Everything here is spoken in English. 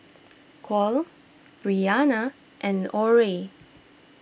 Kole Bryana and Orie